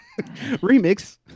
Remix